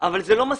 אבל זה לא מספיק.